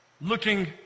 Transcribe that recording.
looking